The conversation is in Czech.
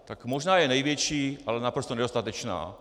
Tak možná je největší, ale naprosto nedostatečná.